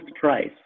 price